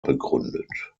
begründet